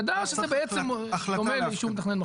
אז תסביר לי עניינית למה זה חשוב?